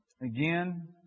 Again